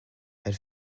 elle